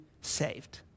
saved